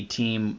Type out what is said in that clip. team